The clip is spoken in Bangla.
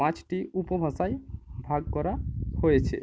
পাঁচটি উপভাষায় ভাগ করা হয়েছে